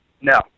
No